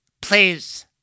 Please